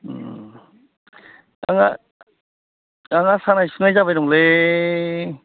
ओम आंहा आंहा सानाय सुनाय जाबाय दंलै